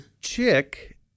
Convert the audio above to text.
Chick